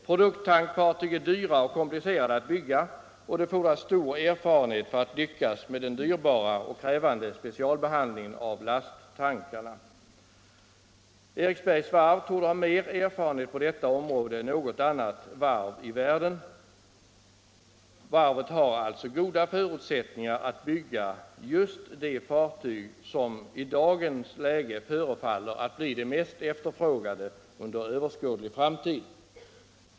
Produkttankfartyg är dyra och komplicerade att bygga, och det fordras stor erfarenhet för att lyckas med den dyrbara och krävande specialbehandlingen av lasttankarna. Eriksbergs varv torde ha mer erfarenhet på detta område än något annat varv i världen. Varvet har alltså goda förutsättningar att bygga just de fartyg som i dagens läge förefaller att bli de mest efterfrågade under överskådlig framtid.